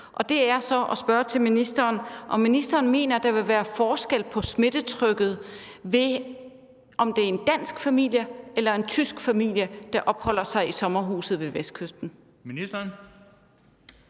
så jeg vil spørge ministeren, om han mener, at der vil være forskel på smittetrykket, i forhold til om det er en dansk familie eller en tysk familie, der opholder sig i sommerhuset ved Vestkysten.